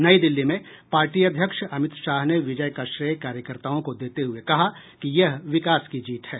नई दिल्ली में पार्टी अध्यक्ष अमित शाह ने विजय का श्रेय कार्यकर्ताओं को देते हुये कहा कि यह विकास की जीत है